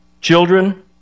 Children